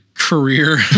career